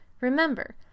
Remember